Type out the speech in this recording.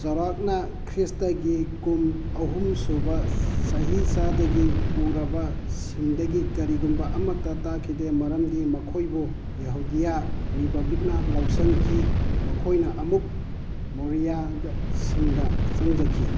ꯆꯥꯎꯔꯥꯛꯅ ꯈ꯭ꯔꯤꯁꯇꯒꯤ ꯀꯨꯝ ꯑꯍꯨꯝꯁꯨꯕ ꯆꯍꯤꯆꯥꯗꯒꯤ ꯄꯨꯔꯕꯁꯤꯡꯗꯒꯤ ꯀꯔꯤꯒꯨꯝꯕ ꯑꯃꯠꯇ ꯇꯥꯈꯤꯗꯦ ꯃꯔꯝꯗꯤ ꯃꯈꯣꯏꯕꯨ ꯌꯍꯧꯗꯤꯌꯥ ꯔꯤꯄꯕ꯭ꯂꯤꯛꯅ ꯂꯧꯁꯟꯈꯤ ꯃꯈꯣꯏꯅ ꯑꯃꯨꯛ ꯃꯧꯔꯤꯌꯥꯗ ꯁꯤꯡꯗ ꯆꯪꯖꯈꯤ